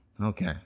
Okay